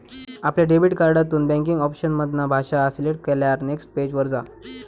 आपल्या डेबिट कार्डातून banking option मधना भाषा सिलेक्ट केल्यार नेक्स्ट पेज वर जा